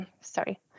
sorry